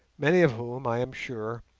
many of whom, i am sure,